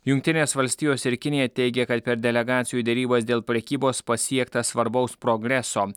jungtinės valstijos ir kinija teigia kad per delegacijų derybas dėl prekybos pasiekta svarbaus progreso